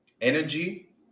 energy